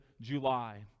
July